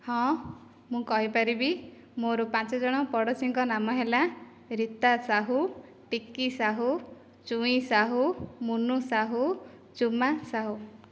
ହଁ ମୁଁ କହିପାରିବି ମୋର ପାଞ୍ଚଜଣ ପଡ଼ୋଶୀଙ୍କ ନାମ ହେଲା ରୀତା ସାହୁ ଟିକି ସାହୁ ଚୁଇଁ ସାହୁ ମୁନୁ ସାହୁ ଚୁମା ସାହୁ